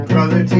Brother